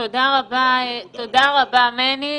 תודה רבה, מני.